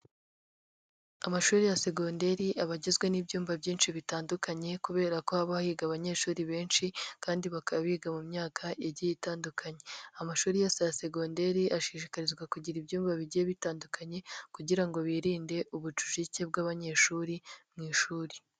Amashuri ya segonderi aba agizwe n'ibyumba byinshi bitandukanye kubera ko haba higa abanyeshuri benshi kandi bakaba biga mu myaka igiye itandukanye, amashuri yose segonderi ashishikarizwa kugira ibyumba bigiye bitandukanye kugira ngo birinde ubucucike bw'abanyeshuri mu ishuri.